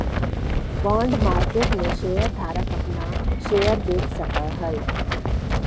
bond market में share धारक अपना शेयर बेच सकऽ हई